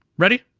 ready?